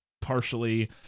partially